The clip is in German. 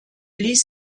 ließ